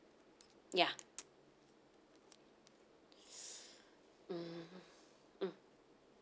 ya mm mm